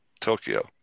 Tokyo